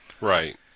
Right